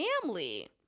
family